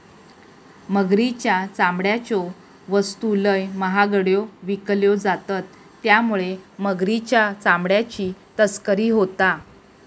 मगरीच्या चामड्याच्यो वस्तू लय महागड्यो विकल्यो जातत त्यामुळे मगरीच्या चामड्याची तस्करी होता